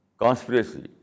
conspiracy